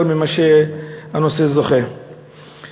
יותר ממה שהנושאים זוכים בדרך כלל.